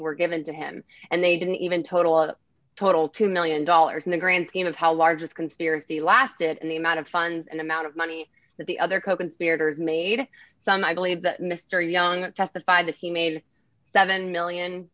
were given to him and they didn't even total up total two million dollars in the grand scheme of how largest conspiracy lasted and the amount of funds and amount of money that the other coconspirators made some i believe that mr young testified that he made seven million